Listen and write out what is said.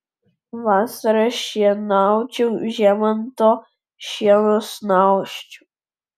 vasarą šienaučiau žiemą ant to šieno snausčiau